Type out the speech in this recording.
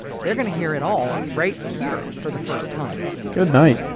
they're going to hear it all. right here for the first time good night!